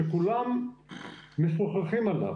שכולם משוחחים עליו,